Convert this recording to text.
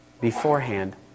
beforehand